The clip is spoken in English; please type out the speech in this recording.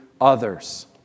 others